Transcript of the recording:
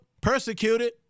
persecuted